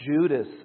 Judas